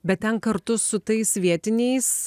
bet ten kartu su tais vietiniais